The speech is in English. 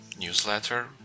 newsletter